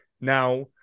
Now